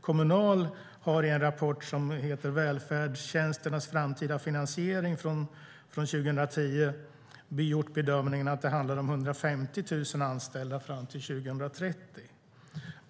Kommunal har i rapporten Välfärdstjänsternas framtida finansiering från 2010 gjort bedömningen att det handlar om 150 000 anställda fram till 2030.